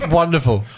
wonderful